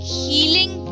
healing